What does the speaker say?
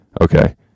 Okay